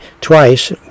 twice